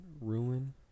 Ruin